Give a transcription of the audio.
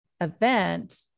event